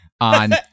on